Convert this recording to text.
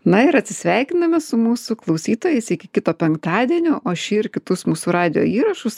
na ir atsisveikiname su mūsų klausytojais iki kito penktadienio o šį ir kitus mūsų radijo įrašus